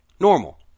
Normal